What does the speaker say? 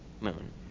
Moon